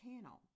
channel